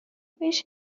بهش